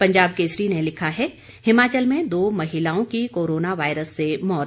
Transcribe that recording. पंजाब केसरी ने लिखा है हिमाचल में दो महिलाओं की कोरोना वायरस से मौत